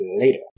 later